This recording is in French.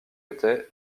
était